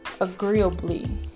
agreeably